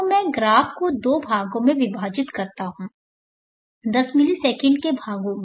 तो मैं ग्राफ को दो भागों में विभाजित करता हूं 10 मिली सेकंड के भागों में